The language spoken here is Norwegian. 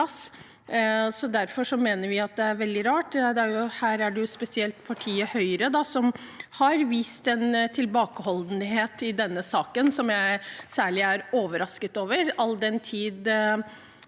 Derfor mener vi at det er veldig rart. Det er spesielt partiet Høyre som har vist tilbakeholdenhet i denne saken, og som jeg er særlig overrasket over,